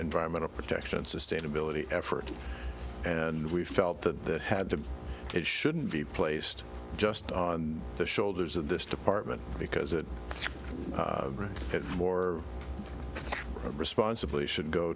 environmental protection sustainability effort and we felt that that had to be it shouldn't be placed just on the shoulders of this department because it has more responsibly should go